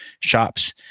shops